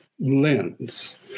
lens